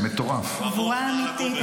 גבורה אמיתית.